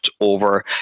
over